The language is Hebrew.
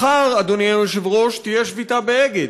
מחר, אדוני היושב-ראש, תהיה שביתה ב"אגד".